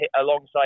alongside